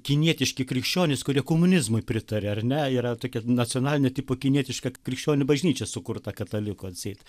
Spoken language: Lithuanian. kinietiški krikščionys kurie komunizmui pritaria ar ne yra tokia nacionalinio tipo kinietiška krikščionių bažnyčia sukurta katalikų atseit